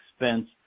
expense